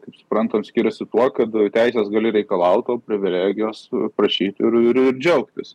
kaip suprantam skiriasi tuo kad teises gali reikalaut o privilegijos prašyti ir ir džiaugtis